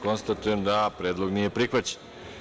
Konstatujem da ovaj predlog nije prihvaćen.